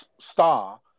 star